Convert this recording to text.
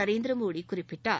நரேந்திரமோடி குறிப்பிட்டார்